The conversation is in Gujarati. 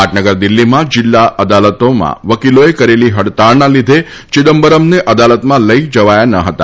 પાટનગર દિલ્હીમાં જિલ્લા અદાલતોમાં વકીલોએ કરેલી હડતાળના લીધે ચિદમ્બરમને અદાલતમાં લઈ જવાયા ન હતા